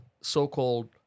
so-called